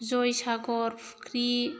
जयसागर फुख्रि